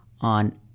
on